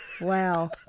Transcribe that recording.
Wow